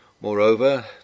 Moreover